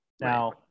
Now